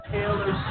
Taylor